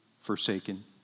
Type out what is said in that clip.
forsaken